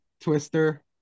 Twister